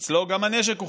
אצלו גם הנשק הוחרם.